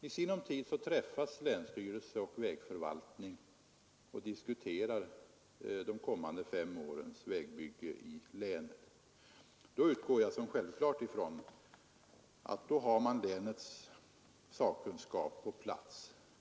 I sinom tid träffas länsstyrelse och vägförvaltning och diskuterar de kommande fem årens vägbyggen i länet. Jag utgår ifrån som självklart att man då har länets sakkunskap på plats.